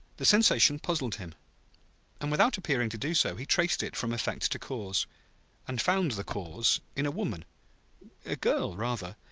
the sensation puzzled him and without appearing to do so, he traced it from effect to cause and found the cause in a woman a girl, rather,